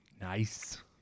Nice